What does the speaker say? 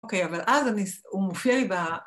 ‫אוקיי, אבל אז הוא מופיע לי ב...